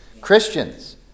Christians